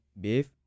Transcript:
beef